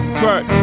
twerk